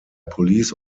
police